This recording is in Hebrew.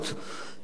צמצום הגירעון,